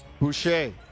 Boucher